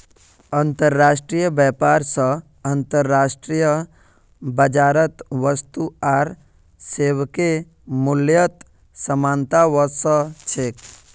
अंतर्राष्ट्रीय व्यापार स अंतर्राष्ट्रीय बाजारत वस्तु आर सेवाके मूल्यत समानता व स छेक